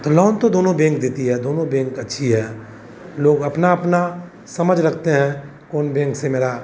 तो लोन तो दोनों बेंक देती है दोनों बेंक अच्छी है लोग अपना अपना समझ रखते हैं कौन बेंक से मेरा